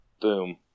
Boom